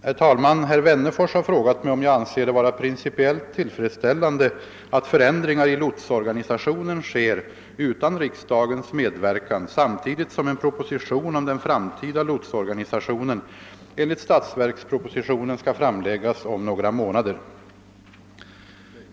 Herr talman! Herr Wennerfors har frågat mig om jag anser det vara principiellt tillfredsställande att förändringar i lotsorganisationen sker utan riksdagens medverkan samtidigt som en proposition om den framtida lotsorganisationen enligt statsverkspropositionen skall framläggas om några månader.